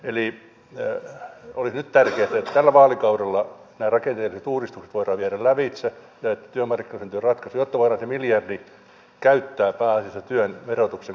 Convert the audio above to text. eli olisi nyt tärkeätä että tällä vaalikaudella nämä rakenteelliset uudistukset voidaan viedä lävitse ja että työmarkkinat löytävät ratkaisun jotta voidaan se miljardi käyttää pääasiassa työn verotuksen keventämiseen